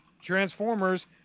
Transformers